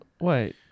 Wait